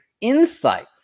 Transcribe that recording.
insight